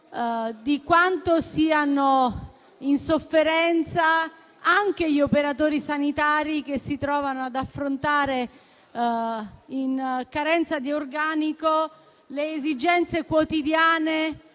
di quanto siano in sofferenza anche gli operatori sanitari che si trovano ad affrontare, in carenza di organico, le esigenze quotidiane